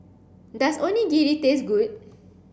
does Onigiri taste good